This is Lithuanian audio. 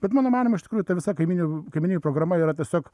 bet mano manymu iš tikrųjų ta visa kaiminių kaiminijų programa yra tiesiog